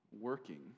working